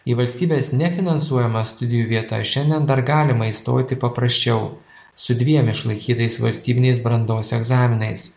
į valstybės nefinansuojamą studijų vietą šiandien dar galima įstoti paprasčiau su dviem išlaikytais valstybiniais brandos egzaminais